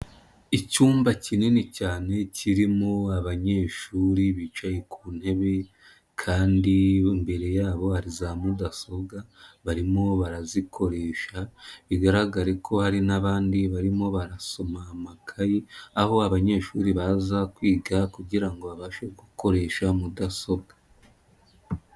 Icyumba kinini cyane kirimo abanyeshuri bicaye ku ntebe kandi imbere yabo hari za mudasobwa barimo barazikoresha bigaragare ko hari n'abandi barimo barasoma amakayi, aho abanyeshuri baza kwiga kugira ngo babashe gukoresha mudasobwa.